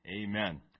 Amen